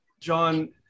john